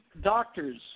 doctors